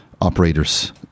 operators